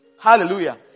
Hallelujah